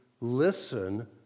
listen